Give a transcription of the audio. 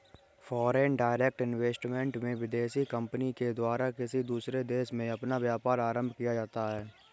foreign direct investment में विदेशी company के द्वारा किसी दूसरे देश में अपना व्यापार आरंभ किया जाता है